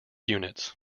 units